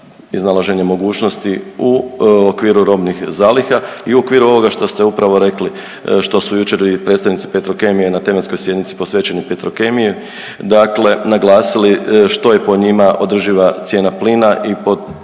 iznalaženja mogućnosti u okviru robnih zaliha i u okviru ovoga što ste upravo rekli, što su jučer i predstavnici Petrokemije na tematskoj sjednici posvećenoj Petrokemiji, dakle naglasili što je po njima održiva cijena plina i pod